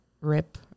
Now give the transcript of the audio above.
Rip